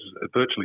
virtually